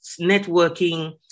networking